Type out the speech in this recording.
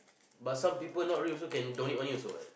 but some people not rich also can donate money also what